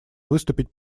выступить